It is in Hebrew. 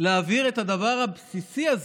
להעביר את הדבר הבסיסי הזה,